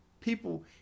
people